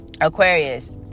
Aquarius